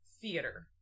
theater